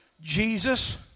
Jesus